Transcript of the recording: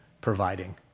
providing